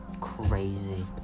crazy